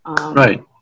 Right